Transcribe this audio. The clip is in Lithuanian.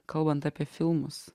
kalbant apie filmus